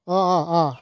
অঁ অঁ অঁ